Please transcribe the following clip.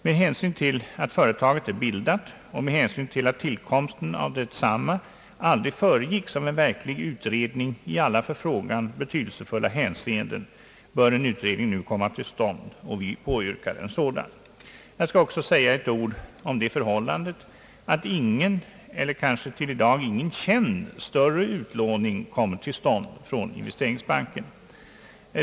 Med hänsyn till att företaget är bildat och med hänsyn till att tillkomsten av detsamma aldrig föregicks av en verklig utredning i alla för frågan betydelsefulla hänseenden bör en utredning nu komma till stånd, och vi påyrkar en sådan. Jag skall också säga några ord om det förhållandet att ingen eller kanske ingen känd — större utlåning ännu skett från investeringsbanken.